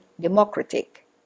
democratic